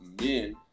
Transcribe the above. men